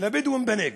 לבדואים בנגב.